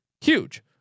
huge